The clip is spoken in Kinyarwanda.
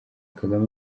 kagame